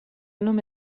nome